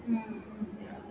mm mm